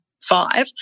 five